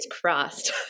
crossed